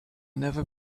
never